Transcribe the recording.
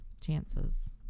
chances